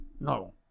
No